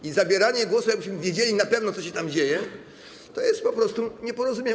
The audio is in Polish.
I zabieranie głosu, jakbyśmy wiedzieli na pewno, co się tam dzieje, jest po prostu nieporozumieniem.